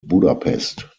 budapest